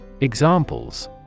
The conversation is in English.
Examples